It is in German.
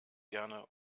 gerne